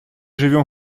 живем